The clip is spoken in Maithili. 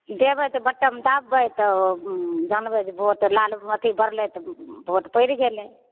देबय तऽ बटन दाबबय तऽ जानबय जे वोट लाल अथी बड़लय तऽ वोट पड़ि गेलय